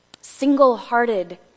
single-hearted